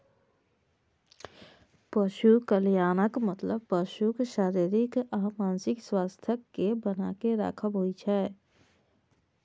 पशु कल्याणक मतलब पशुक शारीरिक आ मानसिक स्वास्थ्यक कें बनाके राखब होइ छै